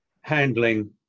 handling